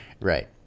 Right